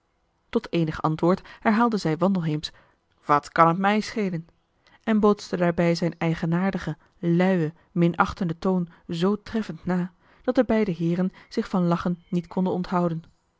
tot eenig antwoord herhaalde zij wandelheem's wat kan t mij schelen en bootste daarbij zijn eigenaardigen luien minachtenden toon zoo treffend na dat de beide heeren zich van lachen niet konden onthouden